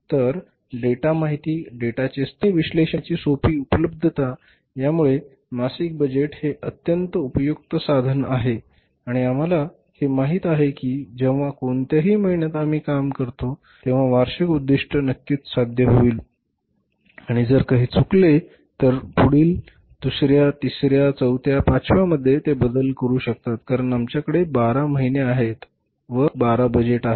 तर डेटा माहिती डेटाचे स्रोत आणि विश्लेषणाची सोपी उपलब्धता यामुळे मासिक बजेट हे अत्यंत उपयुक्त साधन आहे आणि आम्हाला हे माहित आहे की जेव्हा कोणत्याही महिन्यात आम्ही काही करतो तेव्हा वार्षिक उद्दीष्ट नक्कीच साध्य होईल आणि जर काही चुकले तर पुढील दुसऱ्या तिसऱ्या चौथ्या पाचव्या मध्ये ते बदल करू शकतात कारण आमच्याकडे 12 महिने आहेत आमच्याकडे 12 बजेट आहेत